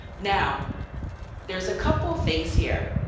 now there's a couple things here.